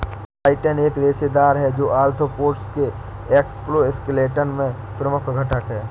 chitin एक रेशेदार है, जो आर्थ्रोपोड्स के एक्सोस्केलेटन में प्रमुख घटक है